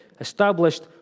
Established